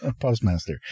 postmaster